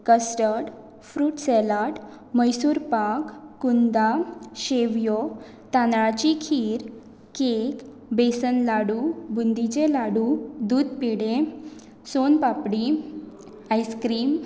custard fruit salad Mysore pak कुंदा शेवयो तांदळाची खीर केक बेसन लाडू बुंदीचें लाडू दूद पेडे सोन पापडी आयस्क्रीम